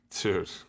Dude